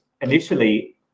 initially